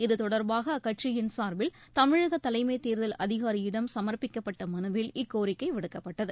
இத்தொடர்பாக அக்கட்சியின் சார்பில் தமிழக தலைமைத் தேர்தல் அதிகாரியிடம் சமர்ப்பிக்கப்பட்ட மனுவில் இக்கோரிக்கை விடுக்கப்பட்டது